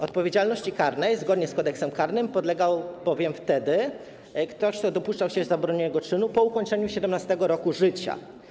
Odpowiedzialności karnej zgodnie z Kodeksem karnym podlegał bowiem ktoś, kto dopuszczał się zabronionego czynu po ukończeniu 17. roku życia.